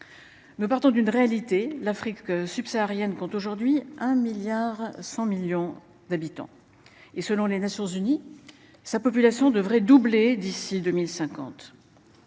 Nous partons d'une réalité, l'Afrique subsaharienne compte aujourd'hui un milliard 100 millions d'habitants et selon les Nations-Unies. Sa population devrait doubler d'ici 2050.